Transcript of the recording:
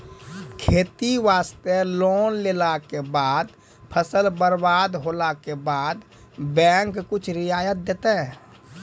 खेती वास्ते लोन लेला के बाद फसल बर्बाद होला के बाद बैंक कुछ रियायत देतै?